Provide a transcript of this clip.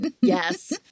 Yes